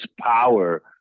power